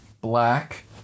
black